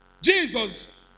Jesus